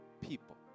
people